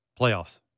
Playoffs